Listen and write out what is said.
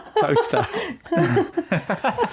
toaster